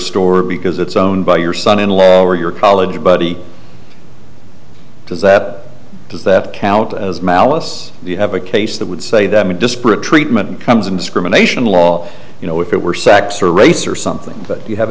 store because it's owned by your son in law or your college buddy does that does that count as malice you have a case that would say that disparate treatment comes in discrimination law you know if it were sex or race or something that you have